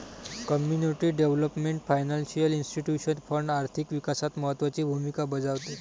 community development financial institution fund आर्थिक विकासात महत्त्वाची भूमिका बजावते